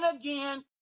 again